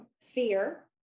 Fear